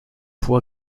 fois